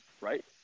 right